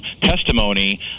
testimony